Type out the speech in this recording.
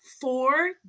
four